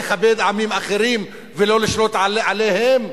לכבד עמים אחרים ולא לשלוט עליהם,